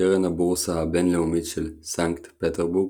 קרן הבורסה הבינלאומית של סנקט פטרבורג,